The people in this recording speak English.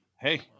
Hey